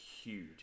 huge